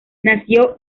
nació